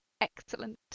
excellent